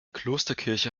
klosterkirche